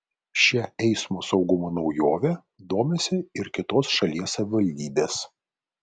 šia eismo saugumo naujove domisi ir kitos šalies savivaldybės